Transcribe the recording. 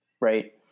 right